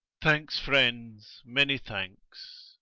thanks, friends, many thanks.